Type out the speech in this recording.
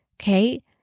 okay